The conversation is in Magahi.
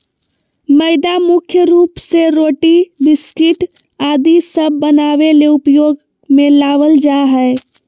मैदा मुख्य रूप से रोटी, बिस्किट आदि सब बनावे ले उपयोग मे लावल जा हय